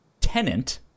Tenant